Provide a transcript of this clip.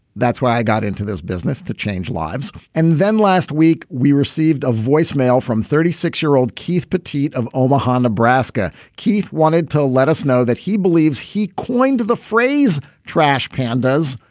that's why i got into this business to change lives. and then last week, we received a voicemail from thirty six year old keith petite of omaha, nebraska. keith wanted to let us know that he believes he coined the phrase trash pandas,